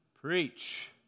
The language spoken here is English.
Preach